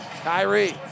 Kyrie